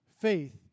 faith